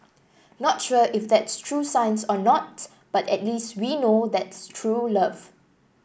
not sure if that's true science or not but at least we know that's true love